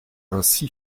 ainsi